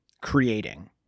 creating